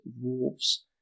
wolves